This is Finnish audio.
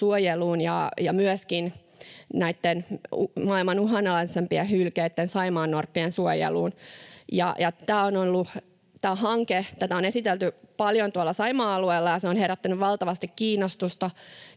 suojeluun ja myöskin näitten maailman uhanalaisimpien hylkeitten, saimaannorppien, suojeluun. Tätä hanketta on esitelty paljon Saimaan alueella, ja se on herättänyt valtavasti kiinnostusta,